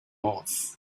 moss